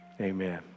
Amen